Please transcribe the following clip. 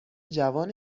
جوان